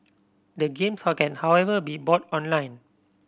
the games how can however be bought online